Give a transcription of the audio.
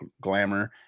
glamour